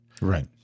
right